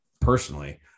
personally